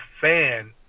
fan